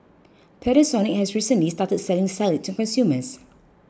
Panasonic has recently started selling salad to consumers